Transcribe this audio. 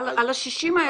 על ה-60 האלה היא תקבל.